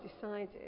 decided